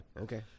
Okay